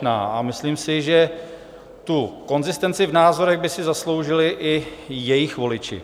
A myslím si, že tu konzistenci v názorech by si zasloužili i jejich voliči.